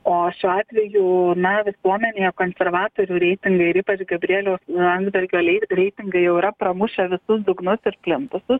o šiuo atveju na visuomenėje konservatorių reitingai ir ypač gabrieliaus landsbergio lei reitingai jau yra pramušę visus dugnus ir plintusus